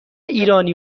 ایرانی